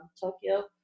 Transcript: Tokyo